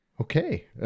okay